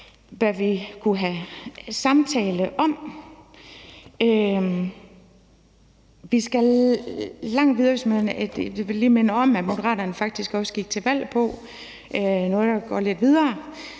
hvad vi kunne have en samtale om. Jeg vil lige minde om, at Moderaterne faktisk også gik til valg på noget, der går lidt videre,